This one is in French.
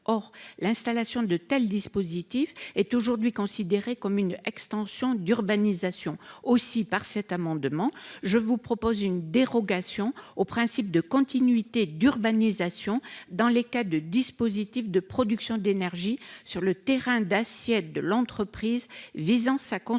or l'installation de tels dispositifs est aujourd'hui considérée comme une extension d'urbanisation aussi par cet amendement, je vous propose une dérogation au principe de continuité d'urbanisation dans les cas de dispositifs de production d'énergie sur le terrain d'assiette de l'entreprise visant sa consommation